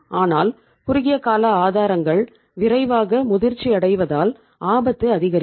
ஆனால் குறுகிய கால ஆதாரங்கள் விரைவாக முதிர்ச்சியடைவதால் ஆபத்து அதிகரிக்கும்